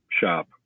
shop